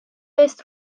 eest